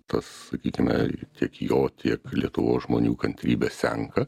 tas sakykime tiek jo tiek lietuvos žmonių kantrybė senka